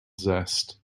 zest